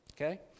Okay